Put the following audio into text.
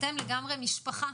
אתם לגמרי משפחה,